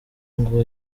ngo